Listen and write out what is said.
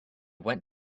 went